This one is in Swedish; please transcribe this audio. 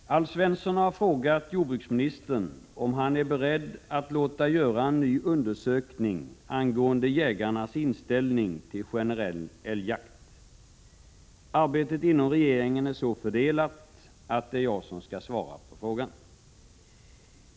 Herr talman! Alf Svensson har frågat jordbruksministern om han är beredd att låta göra en ny undersökning angående jägarnas inställning till generell älgjakt. Arbetet inom regeringen är så fördelat att det är jag som skall svara på frågan.